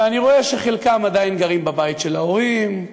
ואני רואה שחלקם עדיין גרים בבית של ההורים,